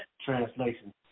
translation